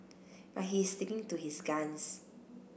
but he is sticking to his guns